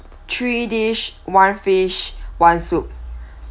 three dish one fish one soup